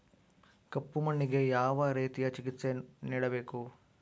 ಕಪ್ಪು ಮಣ್ಣಿಗೆ ಯಾವ ರೇತಿಯ ಚಿಕಿತ್ಸೆ ನೇಡಬೇಕು?